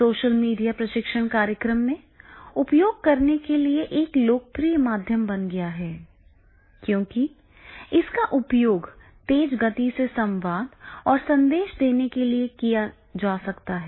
social media प्रशिक्षण कार्यक्रम में उपयोग करने के लिए एक लोकप्रिय माध्यम बन गया है क्योंकि इसका उपयोग तेज गति से संवाद और संदेश देने के लिए किया जा सकता है